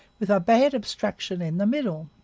with a bad obstruction in the middle.